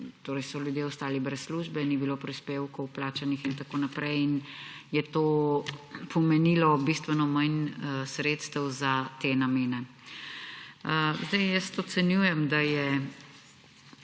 ko so ljudje ostali brez službe in ni bilo prispevkov plačanih in tako naprej in je to pomenilo bistveno manj sredstev za te namene. Zakon imamo na